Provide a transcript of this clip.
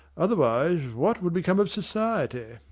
otherwise, what would become of society?